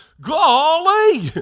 golly